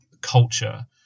culture